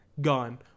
gone